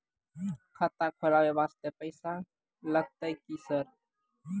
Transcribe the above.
खाता खोलबाय वास्ते पैसो लगते की सर?